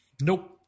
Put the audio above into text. Nope